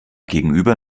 gegenüber